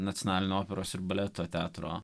nacionalinio operos ir baleto teatro